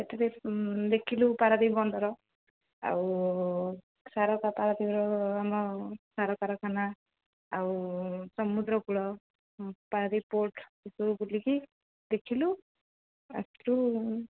ସେଥିରେ ଦେଖିଲୁ ପାରାଦ୍ୱୀପ ବନ୍ଦର ଆଉ ଆମ ସାର କାରଖାନା ଆଉ ସମୁଦ୍ର କୂଳ ପାରାଦ୍ୱୀପ ପୋର୍ଟ ଏସବୁ ବୁଲିକି ଦେଖିଲୁ ଆସିଲୁ